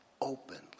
openly